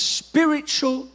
spiritual